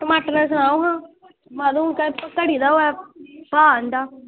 टमाटर दा सनाओ आं मद हून घट्टी दा होऐ भाव इंदा